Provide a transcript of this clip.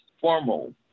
formal